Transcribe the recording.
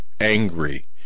angry